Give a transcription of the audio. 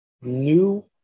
new